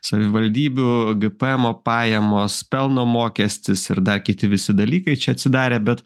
savivaldybių gpmo pajamos pelno mokestis ir dar kiti visi dalykai čia atsidarę bet